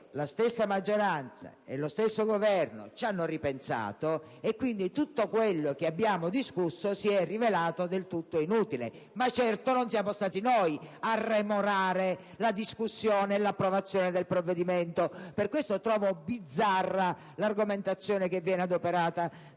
la stessa maggioranza e lo stesso Governo ci hanno ripensato e, quindi, tutto quello che abbiamo discusso si è rivelato del tutto inutile. Ma certo non siamo stati noi a "remorare" la discussione e l'approvazione del provvedimento. Per questo trovo bizzarra l'argomentazione adoperata